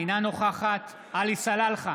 אינה נוכחת עלי סלאלחה,